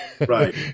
Right